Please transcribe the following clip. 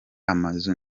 amazu